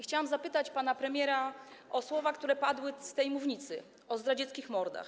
Chciałam zapytać pana premiera o słowa, które padły z tej mównicy, o zdradzieckich mordach.